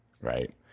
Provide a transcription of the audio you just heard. Right